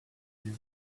you